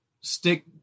stick